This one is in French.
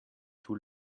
tout